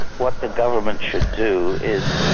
what the government should do is